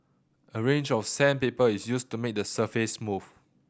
a range of sandpaper is used to made the surface smooth